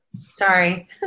Sorry